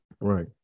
Right